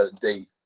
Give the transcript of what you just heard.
date